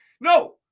No